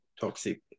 toxic